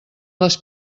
les